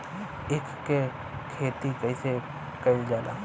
ईख क खेती कइसे कइल जाला?